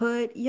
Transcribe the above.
Put